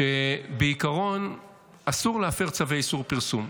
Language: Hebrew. -- שבעיקרון אסור להפר צווי איסור פרסום.